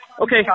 Okay